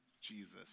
Jesus